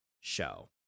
show